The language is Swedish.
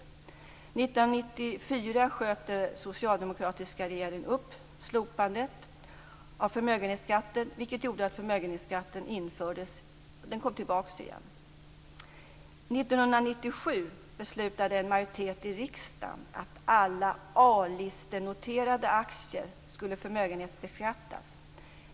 1994 sköt den socialdemokratiska regeringen upp slopandet av förmögenhetsskatten, vilket ledde till att förmögenhetsskatten återinfördes.